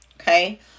okay